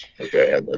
okay